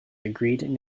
agreed